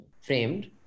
framed